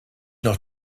noch